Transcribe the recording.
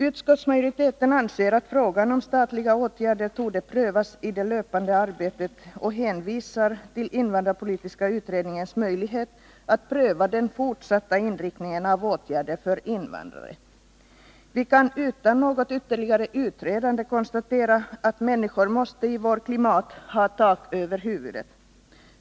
Utskottsmajoriteten anser att frågan om statliga åtgärder torde prövas i det löpande arbetet, och man hänvisar till invandrarpolitiska utredningens möjlighet till prövning när det gäller den fortsatta inriktningen av åtgärder för invandrare. Vi kan med tanke på vårt klimat utan ytterligare utredande konstatera att människor måste ha tak över huvudet.